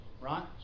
right